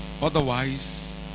Otherwise